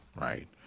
right